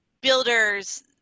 builders